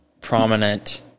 prominent